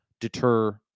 deter